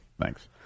Thanks